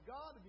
God